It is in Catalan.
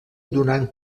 donant